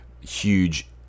huge